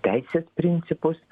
teisės principus